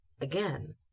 again